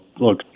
look